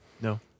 No